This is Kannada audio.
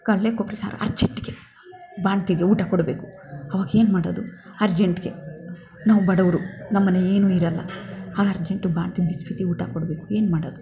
ಕಡ್ಲೆ ಕೊಬ್ಬರಿ ಸಾರು ಅರ್ಜೆಂಟಿಗೆ ಬಾಣಂತಿಗೆ ಊಟ ಕೊಡಬೇಕು ಆವಾಗೇನು ಮಾಡೋದು ಅರ್ಜೆಂಟಿಗೆ ನಾವು ಬಡವರು ನಮ್ಮನೆ ಏನೂ ಇರೋಲ್ಲ ಆ ಅರ್ಜೆಂಟಿಗೆ ಬಾಣ್ತಿಗೆ ಬಿಸಿ ಬಿಸಿ ಊಟ ಕೊಡಬೇಕು ಏನು ಮಾಡೋದು